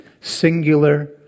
singular